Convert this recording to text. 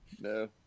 No